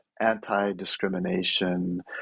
anti-discrimination